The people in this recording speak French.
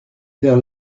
faire